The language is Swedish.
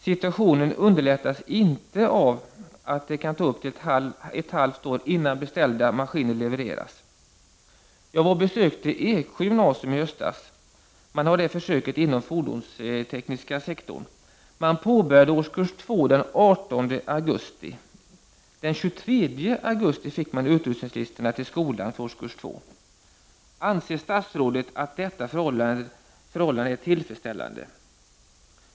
Situationen underlättas inte av att det kan ta upp till ett halvår innan beställda maskiner levereras. Jag besökte Eksjö gymnasium i höstas, där försöket inom fordonstekniska sektorn pågår. Årskurs 2 påbörjades där 18 augusti, och den 23 augusti fick skolan utrustningslistorna för årskurs 2! Anser statsrådet att detta är tillfredsställande?